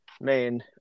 main